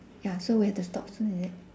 ya so we have to stop soon is it